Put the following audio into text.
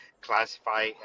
classify